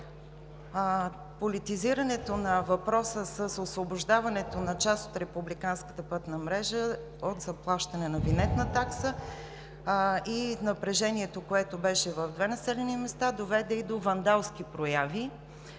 Политизирането на въпроса с освобождаването на част от републиканската пътна мрежа от заплащане на винетка такса и напрежението, което беше в две населени места, доведе и до вандалски прояви,